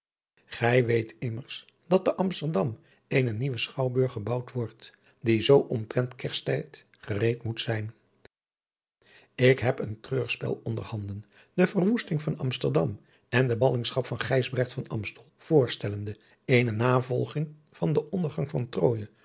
gij weet immers dat te amsterdam een nieuwe schouwburg gebouwd wordt die zoo omtrent kerstijd gereed moet zijn nu heb ik een treurspel onderhanden de verwoesting van amsterdam en de ballingschap van gijsbrecht van amstel voorftellende eene navolging van den ondergang van